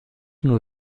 nur